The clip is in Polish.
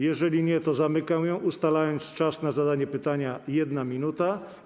Jeżeli nie, to zamykam ją, ustalając czas na zadanie pytania - 1 minuta.